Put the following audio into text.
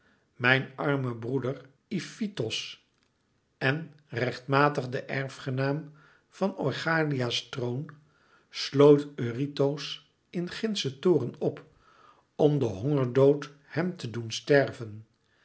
mijn armen broeder ifitos en rechtmatig de erfgenaam van oichalia s troon sloot eurytos in gindschen toren op om den hongerdood hem te doen sterven